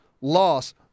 loss